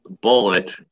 bullet